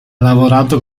lavorato